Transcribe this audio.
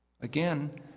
Again